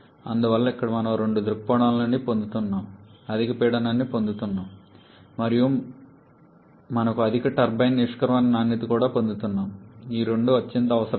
అందువల్ల ఇక్కడ మనము రెండు దృక్కోణాల నుండి పొందుతున్నాము మనము అధిక పీడనం ని పొందుతున్నాము మరియు మనము అధిక టర్బైన్ నిష్క్రమణ నాణ్యతను కూడా పొందుతున్నాము ఈ రెండూ అత్యంత అవసరమైనవి